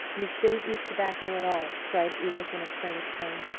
you shouldn't use tobacco at all, cried edith in a plaintive tone,